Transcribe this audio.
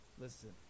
Listen